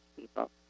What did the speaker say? people